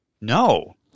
No